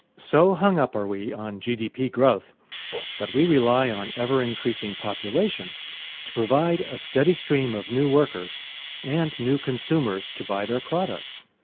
so hung up are we on gdp growth that we rely on ever increasing population to provide a steady stream of new workers and new consumers to buy their products.